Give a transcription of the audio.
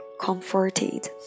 comforted